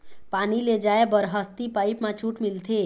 पानी ले जाय बर हसती पाइप मा छूट मिलथे?